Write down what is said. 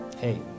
Hey